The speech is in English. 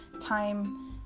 time